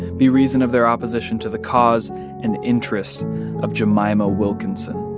be reason of their opposition to the cause and interest of jemima wilkinson